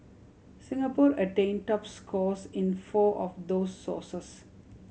Singapore attained top scores in four of those sources